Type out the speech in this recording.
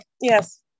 Yes